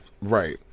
Right